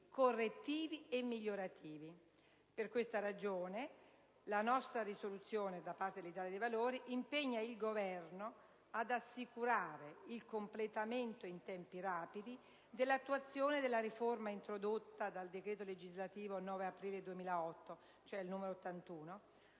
correttivi e migliorativi. Per questa ragione, la proposta di risoluzione del Gruppo dell'Italia dei Valori impegna il Governo: ad assicurare il completamento, in tempi rapidi, dell'attuazione della riforma introdotta dal decreto legislativo 9 aprile 2008 n. 81,